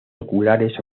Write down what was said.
oculares